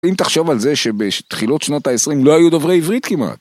אם תחשוב על זה שבתחילות שנות ה-20 לא היו דוברי עברית כמעט.